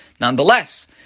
Nonetheless